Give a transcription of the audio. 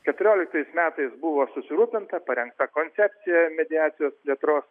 keturioliktais metais buvo susirūpinta parengta koncepcija mediacijos plėtros